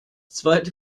zweite